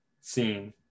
scene